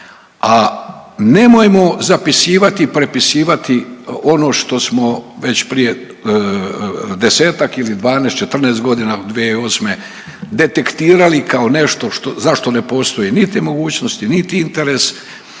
a nemojmo zapisivati i prepisivati ono što smo već prije desetak ili 12, 14 godina, 2008. detektirali kao nešto za što ne postoji niti mogućnosti niti interes